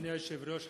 אדוני היושב-ראש,